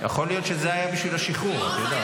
יכול להיות שזה היה בשביל השחרור, את יודעת.